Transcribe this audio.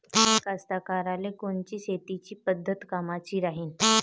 साध्या कास्तकाराइले कोनची शेतीची पद्धत कामाची राहीन?